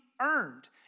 earned